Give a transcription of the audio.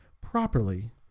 properly